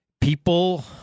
People